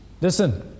Listen